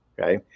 okay